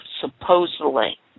supposedly